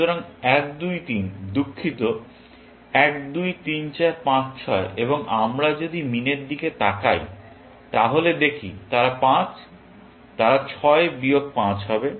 সুতরাং 123 দুঃখিত 123456 এবং আমরা যদি মিন এর দিকে তাকাই তাহলে দেখি তারা 5 তারা 6 বিয়োগ 5 হবে